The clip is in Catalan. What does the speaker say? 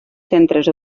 centres